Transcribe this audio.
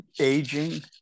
aging